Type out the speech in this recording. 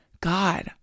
God